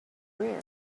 career